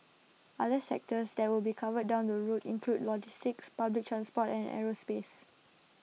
other sectors that will be covered down the road include logistics public transport and aerospace